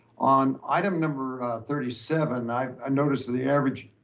on item number thirty seven, i ah noticed that the average,